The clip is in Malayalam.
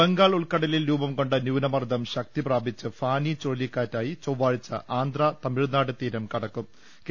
ബംഗാൾ ഉൾക്കടലിൽ രൂപംകൊണ്ട് ന്യൂനമർദ്ദം ശക്തിപ്രാ പിച്ച് ഫാനി ചുഴലിക്കാറ്റായി ചൊവ്വാഴ്ച ആന്ധ്രാ തമി ഴ്നാട് തീരം കടക്കൂം